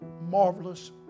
marvelous